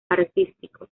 artístico